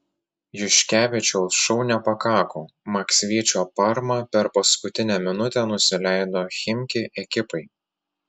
juškevičiaus šou nepakako maksvyčio parma per paskutinę minutę nusileido chimki ekipai